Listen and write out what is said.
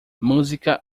música